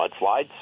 mudslides